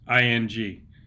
ing